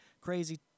crazy